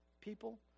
people